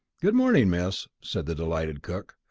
good morning, miss, said the delighted cook.